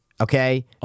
okay